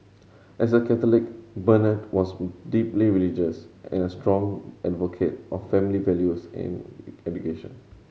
as a Catholic Bernard was deeply religious and a strong advocate of family values and education